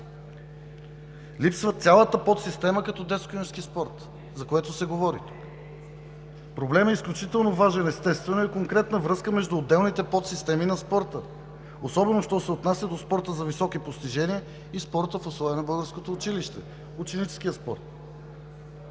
Липсва цялата подсистема като „Детско-юношески спорт“, за което се говори тук. (Реплики: „Ееее!“) Проблемът е изключително важен, естествено и конкретна връзка между отделните подсистеми на спорта, особено що се отнася до спорта за високи постижения и спорта в условията на българското училище – ученическия спорт.